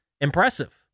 Impressive